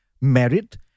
merit